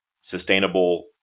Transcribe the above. sustainable